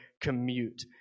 commute